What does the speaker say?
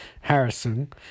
Harrison